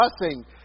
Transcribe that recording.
blessing